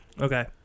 Okay